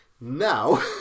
Now